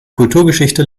kulturgeschichte